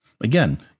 Again